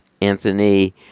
Anthony